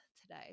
today